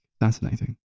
fascinating